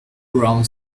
round